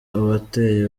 abateye